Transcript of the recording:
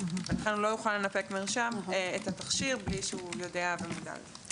ולכן הוא לא יוכל לנפק את התכשיר בלי שהוא יודע ומודע לו.